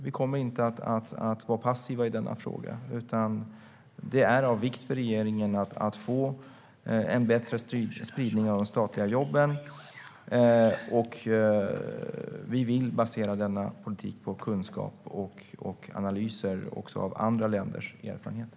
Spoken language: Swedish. Vi kommer inte att vara passiva i denna fråga. Det är av vikt för regeringen att få en bättre spridning av de statliga jobben, och vi vill basera den politiken på kunskap och analyser också av andra länders erfarenheter.